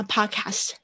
Podcast